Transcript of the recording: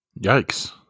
Yikes